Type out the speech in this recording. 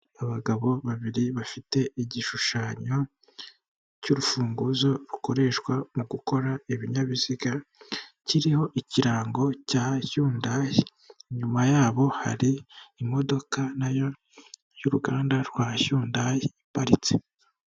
Abagabo babiri bafite igishushanyo cy'urufunguzo rukoreshwa mu gukora ibinyabiziga kiriho ikirango cya hyundai inyuma yabo hari imodoka nayo y'uruganda rwa Hyundia iparitse.